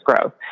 growth